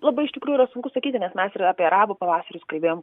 labai iš tikrųjų yra sunku sakyti nes mes ir apie arabų pavasarius kalbėjom